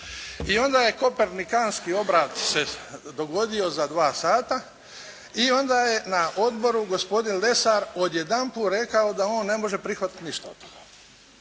I onda je kopernikanski obrat se dogodio za dva sata. I onda je na odboru gospodin Lesar odjedanput rekao da on ne može prihvatiti ništa od toga.